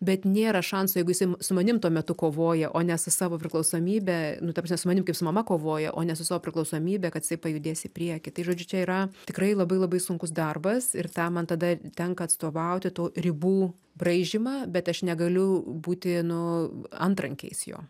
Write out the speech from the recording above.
bet nėra šansų jeigu jisai su manim tuo metu kovoja o ne su savo priklausomybe nu ta prasme su manim kaip su mama kovoja o ne su savo priklausomybe kad jisai pajudės į priekį tai žodžiu čia yra tikrai labai labai sunkus darbas ir tą man tada tenka atstovauti tų ribų braižymą bet aš negaliu būti nu antrankiais jo